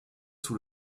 sous